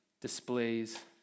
displays